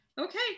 Okay